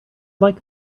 like